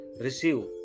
receive